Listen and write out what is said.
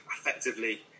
effectively